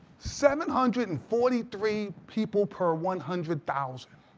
seven hundred and forty three people per one hundred thousand.